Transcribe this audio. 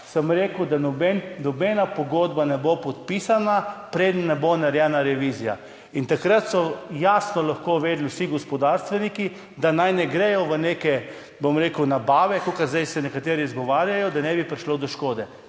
sem rekel, da nobena pogodba ne bo podpisana, preden ne bo narejena revizija. In takrat so jasno lahko vedeli vsi gospodarstveniki, da naj ne gredo v neke, bom rekel, nabave, kakor se zdaj nekateri izgovarjajo, da naj bi prišlo do škode.